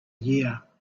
year